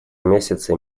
месяце